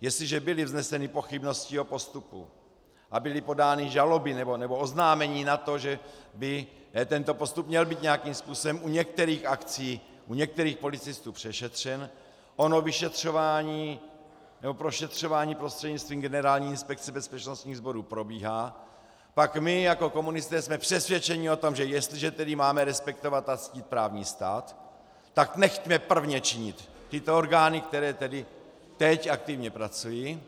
Jestliže byly vzneseny pochybnosti o postupu a byly podány žaloby nebo oznámení na to, že by tento postup měl být nějakým způsobem u některých akcí, u některých policistů přešetřen, ono vyšetřování nebo prošetřování prostřednictvím Generální inspekce bezpečnostních sborů probíhá, pak my jako komunisté jsme přesvědčeni o tom, že jestliže tedy máme respektovat a ctít právní stát, tak nechme prvně činit tyto orgány, které teď aktivně pracují,